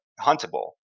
huntable